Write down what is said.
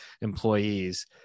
employees